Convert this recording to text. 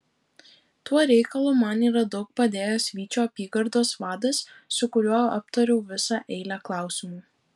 tuo reikalu man yra daug padėjęs vyčio apygardos vadas su kuriuo aptariau visą eilę klausimų